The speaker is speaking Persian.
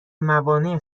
موانع